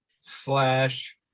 slash